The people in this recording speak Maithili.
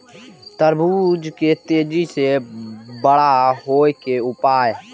तरबूज के तेजी से बड़ा होय के उपाय?